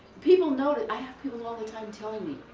people notice, i have people all the time telling me,